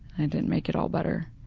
i didn't make it all better.